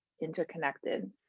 interconnected